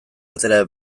atera